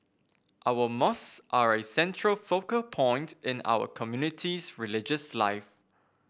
our mosques are a central focal point in our community's religious life